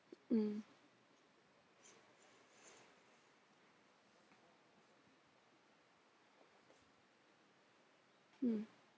mm mm